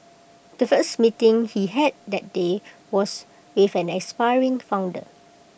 the first meeting he had that day was with an aspiring founder